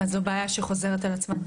אז זו בעיה שחוזרת על עצמה.